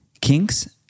kinks